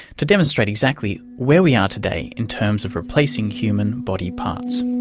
to demonstrate exactly where we are today in terms of replacing human body parts,